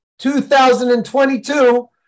2022